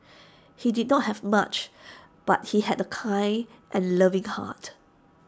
he did not have much but he had A kind and loving heart